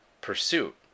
pursuit